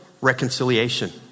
reconciliation